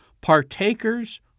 Partakers